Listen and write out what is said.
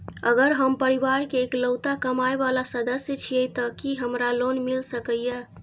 अगर हम परिवार के इकलौता कमाय वाला सदस्य छियै त की हमरा लोन मिल सकीए?